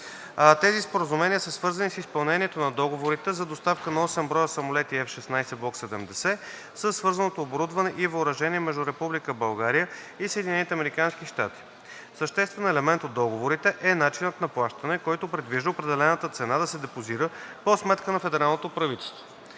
Тези споразумения са свързани с изпълнението на договорите за доставка на 8 броя самолети F-16 Block 70 със свързаното оборудване и въоръжение между Република България и Съединените американски щати. Съществен елемент от договорите е начинът на плащане, който предвижда определената цена да се депозира по сметка на федералното правителство.